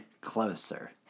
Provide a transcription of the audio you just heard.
closer